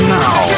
now